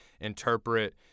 interpret